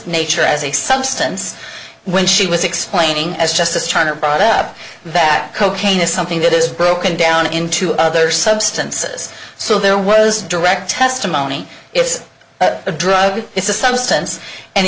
nature as a substance when she was explaining as justice turner brought up that cocaine is something that is broken down into other substances so there was direct testimony it's a drug it's a